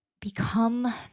become